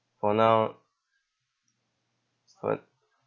for now but